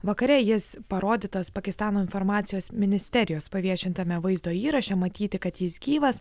vakare jis parodytas pakistano informacijos ministerijos paviešintame vaizdo įraše matyti kad jis gyvas